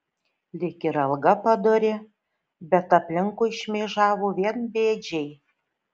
lyg ir alga padori bet aplinkui šmėžavo vien bėdžiai